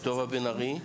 טובה בן ארי,